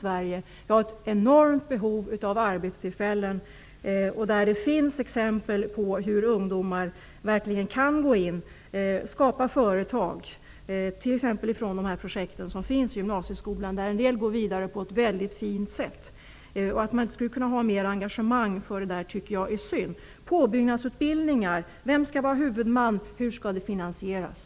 Vi har alltså ett enormt behov av arbetstillfällen, och det finns exempel på hur ungdomar, från exempelvis de projekt som finns på gymnasieskolan, kan gå in i verksamheter och skapa företag. En del ungdomar går vidare på ett mycket fint sätt. Att inte visa större engagemang för detta, tycker jag är synd. Vem skall vara huvudman för en påbyggnadsutbildning och hur skall den finansieras?